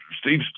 Steve